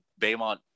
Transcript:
Baymont